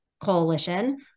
coalition